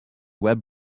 web